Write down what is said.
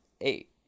eight